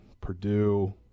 Purdue